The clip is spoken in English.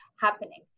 happening